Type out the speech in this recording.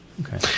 Okay